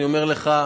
אני אומר לך,